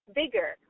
bigger